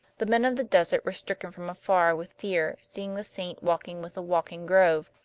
the men of the desert were stricken from afar with fear, seeing the saint walking with a walking grove,